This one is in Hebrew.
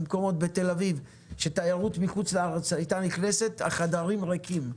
בתל-אביב תיירות מחו"ל הייתה נכנסת החדרים ריקים.